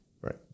Right